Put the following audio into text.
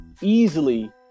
easily